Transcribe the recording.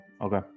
Okay